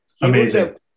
amazing